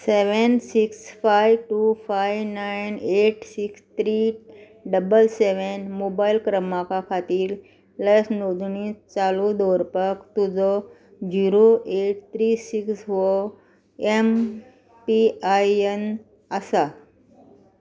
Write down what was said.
seven six five two five nine eight six three double seven mobile क्रमांका खातीर लस नोंदणी चालू दवरपाक तुजो झिरो एट थ्री सिक्स हो एम पी आय एन आसा